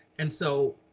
and so